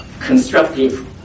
constructive